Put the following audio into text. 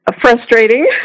frustrating